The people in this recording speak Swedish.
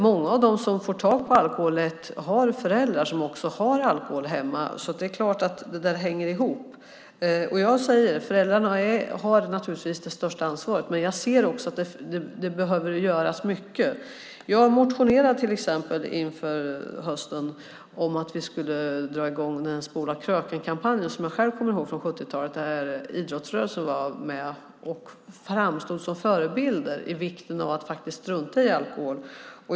Många av dem som får tag på alkohol lätt har föräldrar som har alkohol hemma. Så det är klart att det hänger ihop. Föräldrarna har naturligtvis det största ansvaret, men jag ser också att det behöver göras mycket. Jag har motionerat inför hösten om att vi ska dra i gång den Spola-kröken-kampanj som jag själv kommer ihåg från 70-talet. Där var idrottsrörelsen med och framstod som förebild för vikten av att strunta i alkohol.